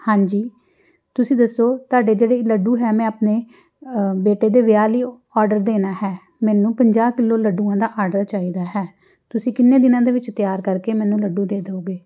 ਹਾਂਜੀ ਤੁਸੀਂ ਦੱਸੋ ਤੁਹਾਡੇ ਜਿਹੜੇ ਲੱਡੂ ਹੈ ਮੈਂ ਆਪਣੇ ਬੇਟੇ ਦੇ ਵਿਆਹ ਲਈ ਉਹ ਔਡਰ ਦੇਣਾ ਹੈ ਮੈਨੂੰ ਪੰਜਾਹ ਕਿੱਲੋ ਲੱਡੂਆਂ ਦਾ ਆਡਰ ਚਾਹੀਦਾ ਹੈ ਤੁਸੀਂ ਕਿੰਨੇ ਦਿਨਾਂ ਦੇ ਵਿੱਚ ਤਿਆਰ ਕਰਕੇ ਮੈਨੂੰ ਲੱਡੂ ਦੇ ਦਿਉਗੇ